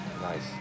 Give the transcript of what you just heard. Nice